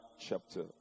chapter